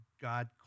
God